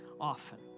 often